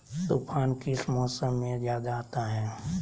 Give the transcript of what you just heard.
तूफ़ान किस मौसम में ज्यादा आता है?